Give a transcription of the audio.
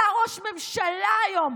אתה ראש ממשלה היום,